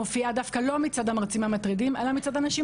שדווקא לא מופיעה מצד המרצים המטרידים אלא מצד אנשים